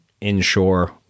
inshore